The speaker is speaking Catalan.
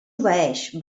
obeeix